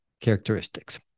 characteristics